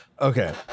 Okay